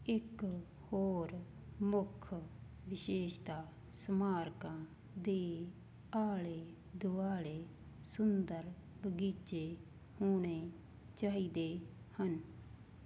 ਇਕ ਹੋਰ ਮੁੱਖ ਵਿਸ਼ੇਸ਼ਤਾ ਸਮਾਰਕਾਂ ਦੇ ਆਲੇ ਦੁਆਲੇ ਸੁੰਦਰ ਬਗੀਚੇ ਹੋਣੇ ਚਾਹੀਦੇ ਹਨ